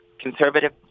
conservative